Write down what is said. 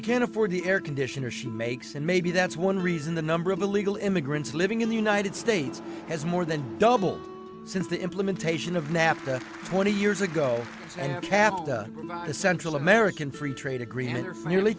she can afford the air conditioner she makes and maybe that's one reason the number of illegal immigrants living in the united states has more than doubled since the implementation of nafta twenty years ago and have kept the central american free trade agreement